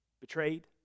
betrayed